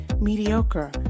mediocre